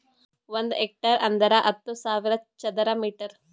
ಒಂದ್ ಹೆಕ್ಟೇರ್ ಅಂದರ ಹತ್ತು ಸಾವಿರ ಚದರ ಮೀಟರ್